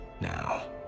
Now